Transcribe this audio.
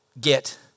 get